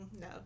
no